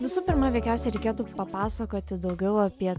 visų pirma veikiausiai reikėtų papasakoti daugiau apie